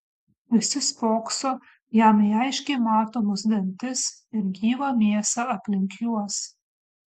visi spokso jam į aiškiai matomus dantis ir gyvą mėsą aplink juos